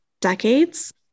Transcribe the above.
decades